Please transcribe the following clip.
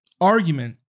argument